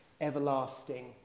Everlasting